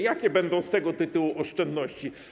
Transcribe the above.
Jakie będą z tego tytułu oszczędności?